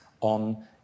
on